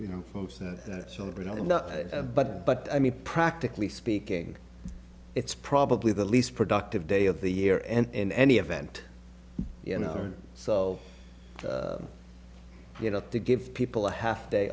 you know but but i mean practically speaking it's probably the least productive day of the year and any event you know so you know to give people a half day